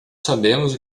sabemos